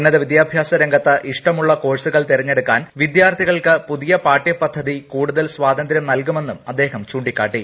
ഉന്നതവിദ്യാഭ്യാസരംഗത്ത് ഇഷ്ടമുള്ള കോഴ്സുകൾ തിരഞ്ഞെടു ക്കാൻ വിദ്യാർഥികൾക്ക് പുതിയ പാഠ്യപദ്ധതി കൂടുതൽ സ്വാതന്ത്രൃം നൽകുമെന്നും അദ്ദേഹം ചൂണ്ടിക്കാട്ടി